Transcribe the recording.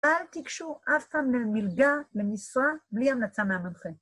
אל תיגשו אף פעם למלגה, למשרה, בלי המלצה מהמנחה.